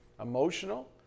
emotional